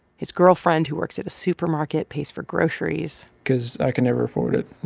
his girlfriend, who works at a supermarket, pays for groceries because i can never afford it. you